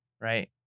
Right